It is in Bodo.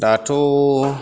दाथ'